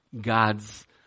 God's